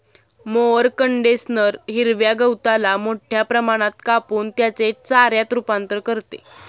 mower condenser हिरव्या गवताला मोठ्या प्रमाणात कापून त्याचे चाऱ्यात रूपांतर करते